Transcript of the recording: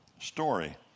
story